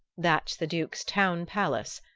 that's the duke's town palace,